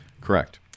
Correct